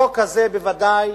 החוק הזה בוודאי